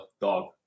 dog